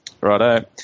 Righto